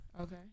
Okay